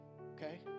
okay